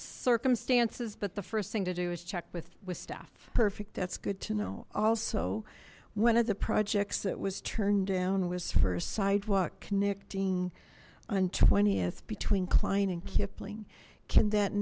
circumstances but the first thing to do is check with with staff perfect that's good to know also one of the projects that was turned down was for a sidewalk connecting on th between kline and kipling can that